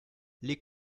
les